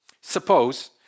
Suppose